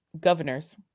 Governors